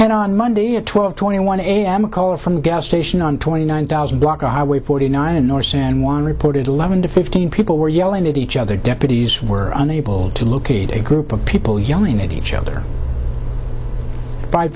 and on monday at twelve twenty one a m a call from the gas station on twenty nine thousand block a highway forty nine north san juan reported eleven to fifteen people were yelling at each other deputies were unable to locate a group of people yelling at each other five